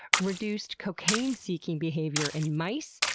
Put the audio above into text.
reduced cocaine seeking behavior in mice,